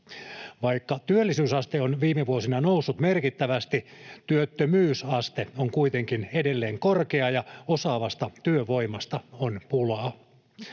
Vaikka työllisyysaste on viime vuosina noussut merkittävästi, työttömyysaste on kuitenkin edelleen korkea ja osaavasta työvoimasta on pulaa.